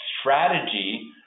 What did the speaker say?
strategy